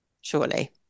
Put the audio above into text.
Surely